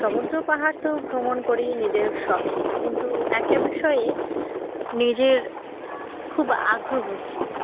সমুদ্র পাহাড় তো ভ্রমণ করি নিজের শখে কিন্তু একটা বিষয়ে নিজের খুব আগ্রহ ছিল